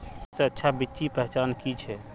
सबसे अच्छा बिच्ची पहचान की छे?